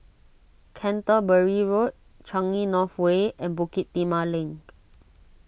Canterbury Road Changi North Way and Bukit Timah Link